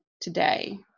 today